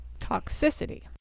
toxicity